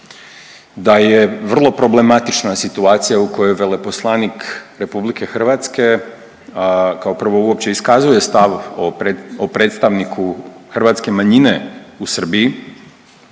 da je vrlo problematična situacija u kojoj veleposlanik RH kao prvo uopće iskazuje stav o predstavniku hrvatske manjine u Srbiji